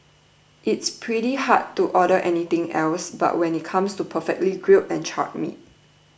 it's pretty hard to order anything else when it comes to perfectly grilled and charred meats